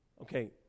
Okay